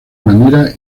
manera